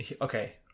okay